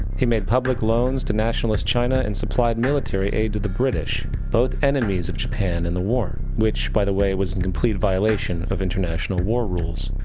he made public loans to nationalist china and supplied military aid to the british, both enemies to japan in the war. which, by the way, was in complete violation of international war rules.